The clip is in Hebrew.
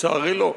לצערי לא.